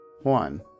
One